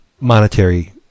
monetary